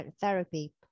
therapy